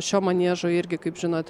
šio maniežo irgi kaip žinot